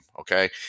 okay